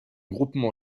groupement